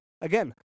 again